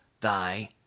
thy